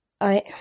I-